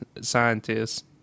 scientists